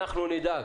אנחנו נדאג